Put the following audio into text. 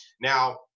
now